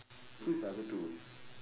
wait who is the other two